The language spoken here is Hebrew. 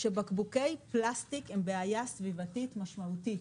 שבקבוקי פלסטיק הם בעיה סביבתית משמעותית.